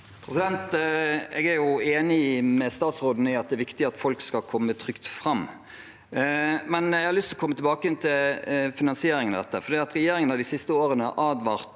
Jeg er enig med statsråden i at det er viktig at folk skal komme trygt fram, men jeg har lyst til å komme tilbake til finansieringen av dette. Regjeringen har de siste årene advart